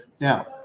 Now